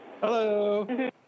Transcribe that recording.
Hello